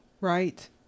Right